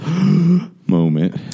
moment